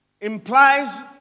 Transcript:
implies